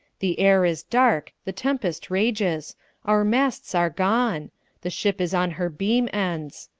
the air is dark the tempest rages our masts are gone the ship is on her beam ends!